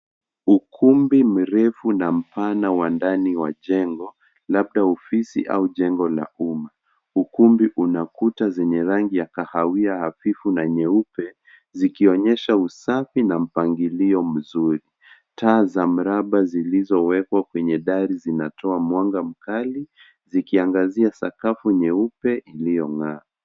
Ukumbi mrefu na mpana wa ndani wa jengo, labda ofisi au jengo la umma. Ukumbi una kuta zenye rangi ya kahawia hafifu na nyeupe, zikionyesha usafi na mpangilio mzuri. Taa za mraba zilizowekwa kwenye dari zinatoa mwanga mkali, zikiangazia sakafu nyeupe iliyong'aa.